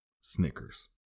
Snickers